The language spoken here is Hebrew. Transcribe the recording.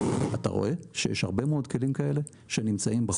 אתה רואה שיש הרבה מאוד כלים כאלה שנמצאים בחוץ.